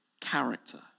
character